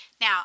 Now